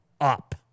up